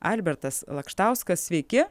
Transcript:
albertas lakštauskas sveiki